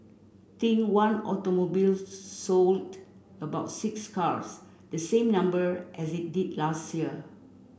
think One Automobile sold about six cars the same number as it did last year